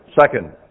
second